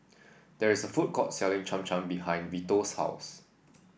there is a food court selling Cham Cham behind Vito's house